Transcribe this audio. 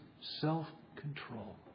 self-control